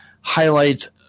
highlight